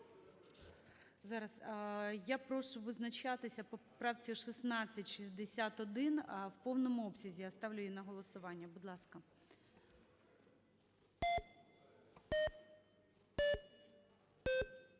Зараз. Я прошу визначатися по поправці 1661 в повному обсязі. Я ставлю її на голосування. Будь ласка. Я чую.